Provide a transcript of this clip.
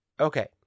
Okay